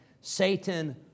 Satan